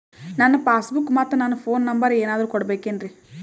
ನನ್ನ passbook ಮತ್ ನನ್ನ ಫೋನ್ ನಂಬರ್ ಏನಾದ್ರು ಕೊಡಬೇಕೆನ್ರಿ?